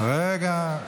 רגע,